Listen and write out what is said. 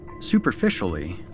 Superficially